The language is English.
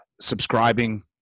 subscribing